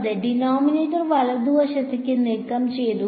അതെ ഡിനോമിനേറ്റർ വലതുവശത്ത് നീക്കംചെയ്തു